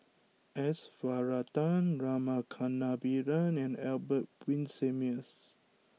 S Varathan Rama Kannabiran and Albert Winsemius